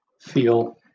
feel